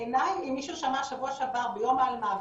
אם מישהו שמע בשבוע שעבר ביום האלמ"ב